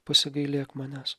pasigailėk manęs